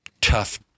tough